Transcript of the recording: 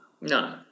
No